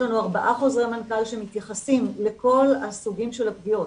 יש לנו ארבעה חוזרי מנכ"ל שמתייחסים לכל הסוגים של הפגיעות.